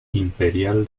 imperial